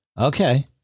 Okay